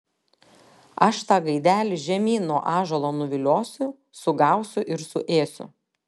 aš tą gaidelį žemyn nuo ąžuolo nuviliosiu sugausiu ir suėsiu